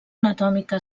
anatòmica